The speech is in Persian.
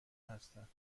هستند